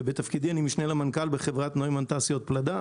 ובתפקידי אני משנה למנכ"ל בחברת נוימין תעשיות פלדה,